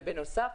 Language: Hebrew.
ובנוסף,